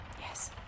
Yes